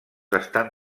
estan